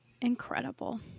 Incredible